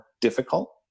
difficult